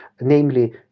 namely